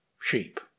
sheep